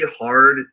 hard